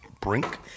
Brink